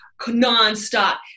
nonstop